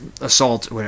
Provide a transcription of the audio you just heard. assault